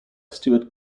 stuart